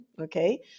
okay